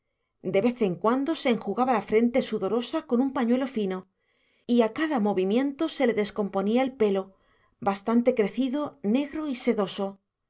de vez en cuando se enjugaba la frente sudorosa con un pañuelo fino y a cada movimiento se le descomponía el pelo bastante crecido negro y sedoso